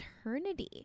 eternity